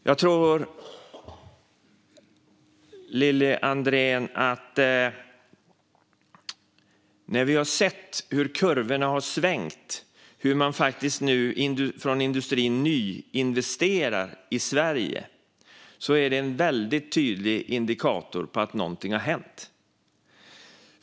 Jag tror, Lili André, att när vi har sett hur kurvorna har svängt och hur man faktiskt från industrin nyinvesterar i Sverige nu så är det en väldigt tydlig indikator på att någonting har hänt.